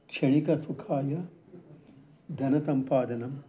क्षणिकं सुखाय धनसम्पादनम्